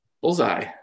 Bullseye